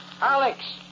Alex